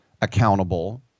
accountable